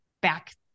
back